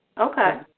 Okay